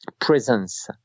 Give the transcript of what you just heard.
presence